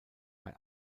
bei